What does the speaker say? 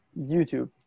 YouTube